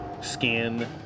Skin